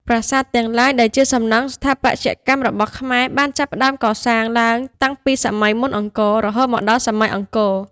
ប្រាសាទទាំងឡាយ ដែលជាសំណង់ស្ថាបត្យកម្មរបស់ខ្មែរបានចាប់ផ្តើមកសាង ឡើងតាំងពីសម័យមុនអង្គរ រហូតមកដល់សម័យអង្គរ។